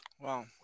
Wow